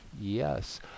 Yes